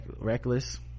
reckless